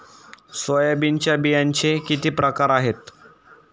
सोयाबीनच्या बियांचे किती प्रकार आहेत?